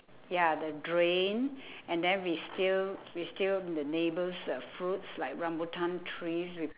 ya the drain and then we steal we steal the neighbour's uh fruits like rambutan trees we